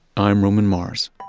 i'm roman mars